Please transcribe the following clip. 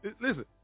Listen